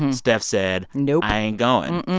steph said. nope. i ain't going.